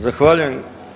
Zahvaljujem.